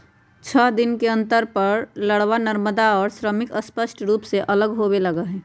छः दिन के अंतर पर लारवा, नरमादा और श्रमिक स्पष्ट रूप से अलग होवे लगा हई